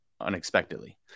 unexpectedly